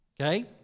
Okay